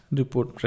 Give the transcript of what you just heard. report